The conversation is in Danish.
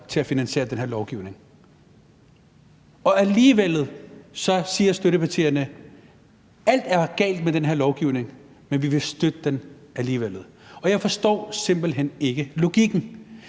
til at finansiere den her lovgivning. Og alligevel siger støttepartierne: Alt er galt med den her lovgivning, men vi vil støtte den alligevel. Jeg forstår simpelt hen ikke logikken.